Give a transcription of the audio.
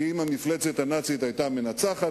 כי אם המפלצת הנאצית היתה מנצחת,